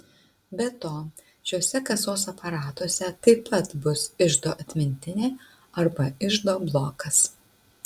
be to šiuose kasos aparatuose taip pat bus iždo atmintinė arba iždo blokas